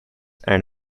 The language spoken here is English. and